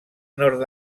nord